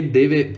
deve